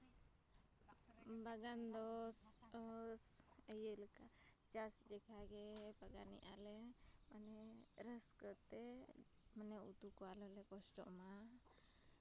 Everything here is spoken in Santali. ᱵᱟᱜᱟᱱ ᱫᱚ ᱤᱭᱟᱹ ᱞᱮᱠᱟ ᱪᱟᱥ ᱞᱮᱠᱟᱜᱮ ᱵᱟᱜᱟᱱᱮᱫᱼᱟ ᱞᱮ ᱨᱟᱹᱥᱠᱟᱹ ᱛᱮ ᱩᱛᱩ ᱠᱚ ᱟᱞᱚᱞᱮ ᱠᱚᱥᱴᱚᱜ ᱢᱟ